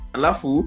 alafu